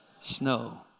snow